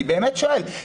אני באמת שואל.